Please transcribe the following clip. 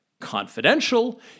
confidential